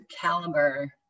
caliber